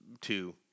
two